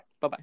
Bye-bye